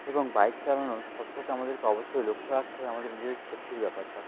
এবং বাইক চালানোর সব চাইতে আমাদেরকে অবশ্যই লক্ষ্য রাখতে হবে আমাদের নিজেদের সেফটির ব্যপারটা